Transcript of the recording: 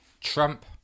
Trump